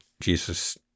Jesus